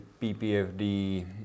PPFD